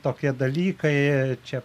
tokie dalykai čia